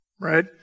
right